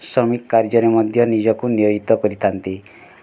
ସମିକ୍ କାର୍ଯ୍ୟରେ ମଧ୍ୟ ନିଜକୁ ନିୟୋଜିତ କରିଥାନ୍ତି